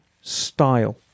style